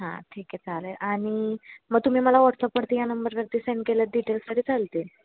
हां ठीक आहे चालेल आणि मग तुम्ही मला व्हॉट्सअपवरती या नंबरवरती सेंड केल्या डिटेल्ससाठी चालतील